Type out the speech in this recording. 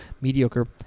mediocre